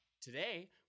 Today